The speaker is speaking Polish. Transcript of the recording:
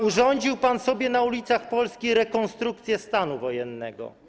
Urządził pan sobie na ulicach Polski rekonstrukcję stanu wojennego.